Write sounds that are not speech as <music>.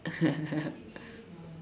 <laughs>